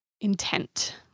intent